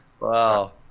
Wow